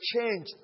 change